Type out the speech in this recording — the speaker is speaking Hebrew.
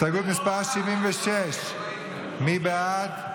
76. מי בעד?